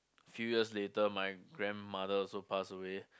few years later my grandmother also passes away